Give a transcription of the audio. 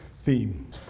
theme